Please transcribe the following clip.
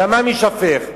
דמם יישפך,